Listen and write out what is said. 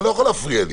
אתה לא יכול להפריע לי.